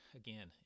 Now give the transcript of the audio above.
again